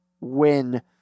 win